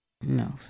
No